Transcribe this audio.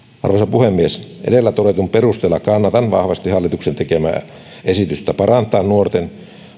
puhemies edellä todetun perusteella kannatan vahvasti hallituksen tekemää esitystä joka parantaa nuorten